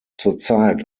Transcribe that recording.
zurzeit